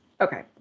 Okay